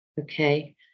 Okay